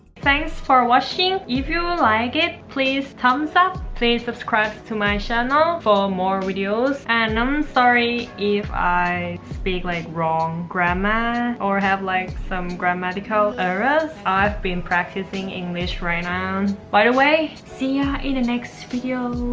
thanks for watching! if you liked like it, please thumbs up. please subscribe to my channel for more videos and i'm sorry if i speak like wrong gramma or have like some grammatical errors. i've been practicing english right now. by the way, see ya in the and next video.